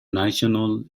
national